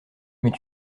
mais